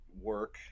work